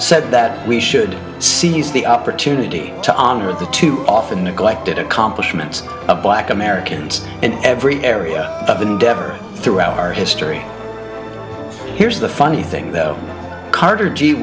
said that we should seize the opportunity to honor the two often neglected accomplishments of black americans in every area of endeavor throughout our history here's the funny thing though carter g